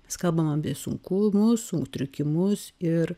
mes kalbam apie sunkumus sutrikimus ir